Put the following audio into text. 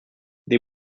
des